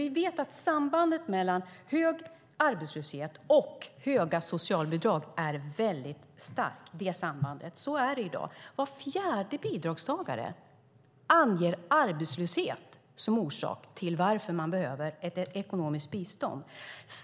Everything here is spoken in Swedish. Vi vet att sambandet mellan hög arbetslöshet och höga socialbidrag är väldigt starkt. Så är det i dag. Var fjärde bidragstagare anger arbetslöshet som orsak till att man behöver ett ekonomiskt bistånd.